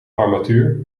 armatuur